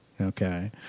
okay